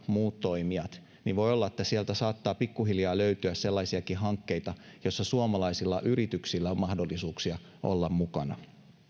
muut toimijat niin voi olla että sieltä saattaa pikkuhiljaa löytyä sellaisiakin hankkeita joissa suomalaisilla yrityksillä on mahdollisuuksia olla mukana